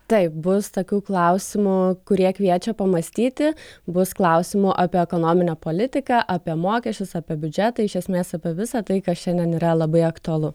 taip bus tokių klausimų kurie kviečia pamąstyti bus klausimų apie ekonominę politiką apie mokesčius apie biudžetą iš esmės apie visa tai kas šiandien yra labai aktualu